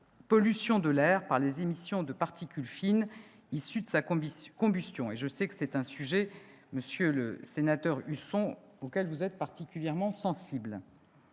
pollution de l'air par les émissions de particules fines issues de sa combustion ; je sais que c'est un sujet, monsieur le sénateur Husson, auquel vous êtes particulièrement sensible.